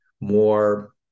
more